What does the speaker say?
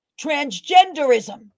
transgenderism